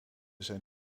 zijn